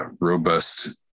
robust